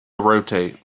rotate